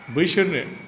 बैसोरनो